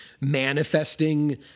manifesting